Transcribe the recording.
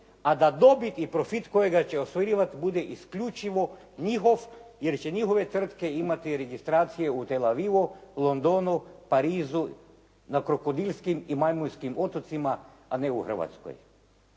a da dobit i profit kojega će ostvarivati bude isključivo njihov jer će njihove tvrtke imati registracije u Tel Avivu, Londonu, Parizu, na krokodilskim i majmunskim otocima, a ne u Hrvatskoj.